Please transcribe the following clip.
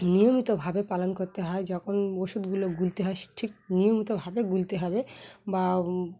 নিয়মিতভাবে পালন করতে হয় যখন ওষুধগুলো গুলতে হয় ঠিক নিয়মিতভাবে গুলতে হবে বা